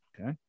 Okay